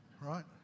right